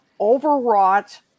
overwrought